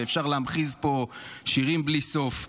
ואפשר להמחיז פה שירים בלי סוף.